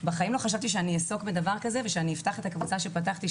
בחיים לא חשבתי שאני אעסוק בדבר כזה ושאני אפתח את הקבוצה שפתחתי.